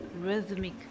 rhythmic